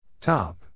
Top